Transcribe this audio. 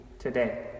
Today